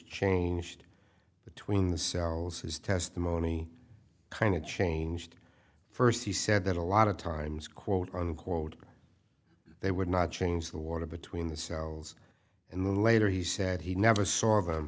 changed between the cells his testimony kind of changed first he said that a lot of times quote unquote they would not change the water between the cells and later he said he never saw them